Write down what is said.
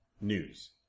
news